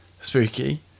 spooky